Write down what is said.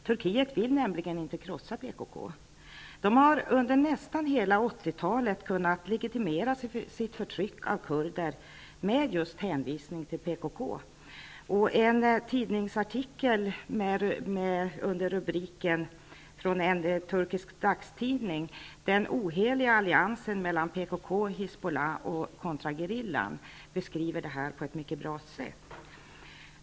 Turkiet vill nämligen inte krossa PKK. Under nästan hela 80-talet har Tukiet kunnat legitimera sitt förtryck av kurder med hänvisning till just PKK. Hizbolah och kontragerillan, beskrev förhållandena på ett mycket bra sätt.